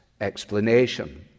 explanation—